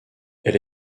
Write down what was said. elle